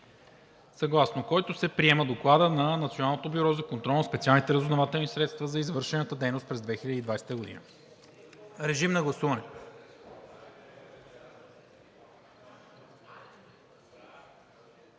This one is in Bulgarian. съгласно който се приема Докладът на Националното бюро за контрол на специалните разузнавателни средства за извършената дейност през 2020 г. Гласували